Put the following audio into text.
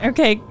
Okay